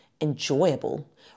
enjoyable